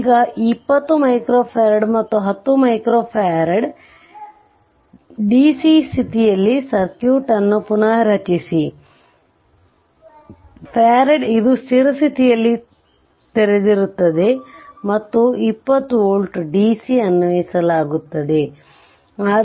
ಈಗ 20 F ಮತ್ತು 10 F DC ಸ್ಥಿತಿಯಲ್ಲಿ ಸರ್ಕ್ಯೂಟ್ ಅನ್ನು ಪುನಃ ರಚಿಸಿ ಫರಾಡ್ ಇದು ಸ್ಥಿರ ಸ್ಥಿತಿಯಲ್ಲಿ ತೆರೆದಿರುತ್ತದೆ ಮತ್ತು 20 ವೋಲ್ಟ್ ಡಿಸಿ ಅನ್ವಯಿಸಲಾಗುತ್ತದೆ